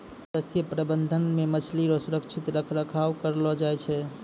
मत्स्य प्रबंधन मे मछली रो सुरक्षित रख रखाव करलो जाय छै